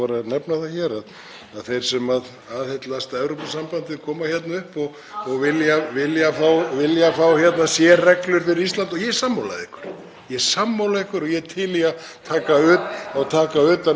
er sammála ykkur og ég er til í að taka utan um þetta og reyna að gera þetta og auðvitað er það þannig að við sem búum í dreifbýli á þessu landi, og ég segi við vegna þess að ég er einn þeirra,